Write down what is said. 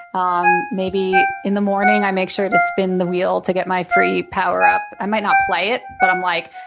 um maybe in the morning i make sure to spin the world to get my free power-up. i might not play it, but i'm like,